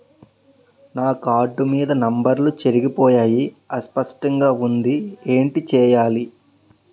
నా కార్డ్ మీద నంబర్లు చెరిగిపోయాయి అస్పష్టంగా వుంది ఏంటి చేయాలి?